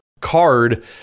card